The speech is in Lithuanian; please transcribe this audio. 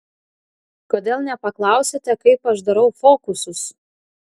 kodėl nepaklausėte kaip aš darau fokusus